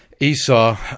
Esau